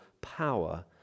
power